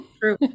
True